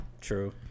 True